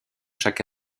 chaque